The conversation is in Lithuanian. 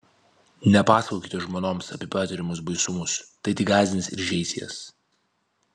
nepasakokite žmonoms apie patiriamus baisumus tai tik gąsdins ir žeis jas